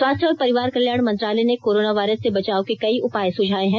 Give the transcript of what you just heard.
स्वास्थ्य और परिवार कल्याण मंत्रालय ने कोरोना वायरस से बचाव के कई उपाए सुझाए हैं